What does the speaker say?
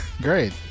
Great